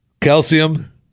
Calcium